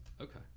Okay